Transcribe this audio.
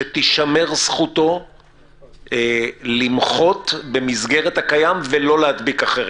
שתישמר זכותו למחות במסגרת הקיים ולא להדביק אחרים.